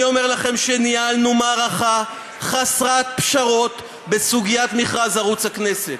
אני אומר לכם שניהלנו מערכה חסרת פשרות בסוגיית מכרז ערוץ הכנסת.